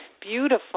beautiful